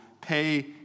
pay